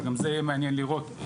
וזה גם דבר שיהיה מעניין לראות,